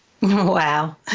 Wow